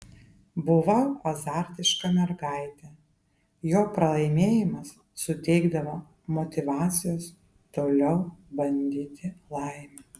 buvau azartiška mergaitė jo pralaimėjimas suteikdavo motyvacijos toliau bandyti laimę